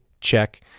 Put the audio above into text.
check